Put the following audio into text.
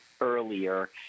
earlier